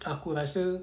aku rasa